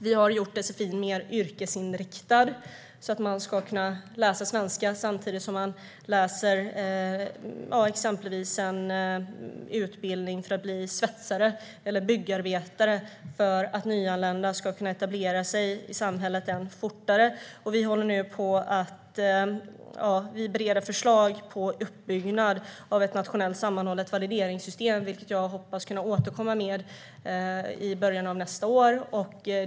Vi har gjort sfi:n mer yrkesinriktad så att människor ska kunna läsa svenska samtidigt som de läser exempelvis en utbildning för att bli svetsare eller byggarbetare så att nyanlända ska kunna etablera sig i samhället än fortare. Vi bereder nu förslag om uppbyggnad av ett nationellt sammanhållet valideringssystem. Jag hoppas att kunna återkomma med det i början av nästa år.